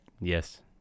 Yes